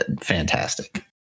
fantastic